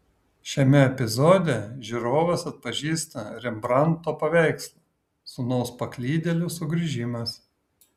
šiame epizode žiūrovas atpažįsta rembrandto paveikslą sūnaus paklydėlio sugrįžimas